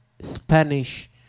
Spanish